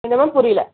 என்ன மேம் புரியிலை